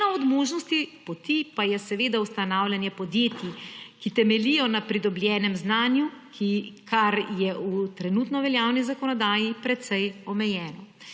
Ena od možnosti poti pa je seveda ustanavljanje podjetij, ki temeljijo na pridobljenem znanju, kar je v trenutno veljavni zakonodaji precej omejeno.